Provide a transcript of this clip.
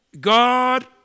God